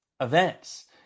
events